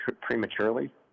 prematurely